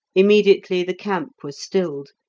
immediately the camp was stilled,